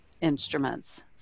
instruments